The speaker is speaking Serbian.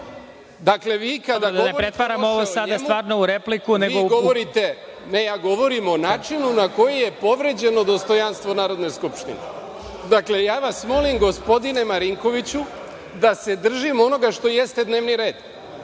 Da ne pretvaramo ovo sada stvarno u repliku… **Nemanja Šarović** Ne, ja govorim o načinu na koji je povređeno dostojanstvo Narodne skupštine. Dakle, ja vas molim, gospodine Marinkoviću, da se držimo onoga što jeste dnevni red